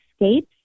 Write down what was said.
escapes